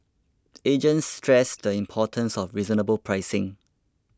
agents stress the importance of reasonable pricing